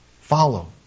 Follow